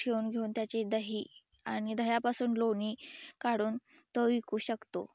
ठेऊन घेऊन त्याचे दही आणि दह्यापासून लोणी काढून तो विकू शकतो